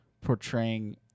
portraying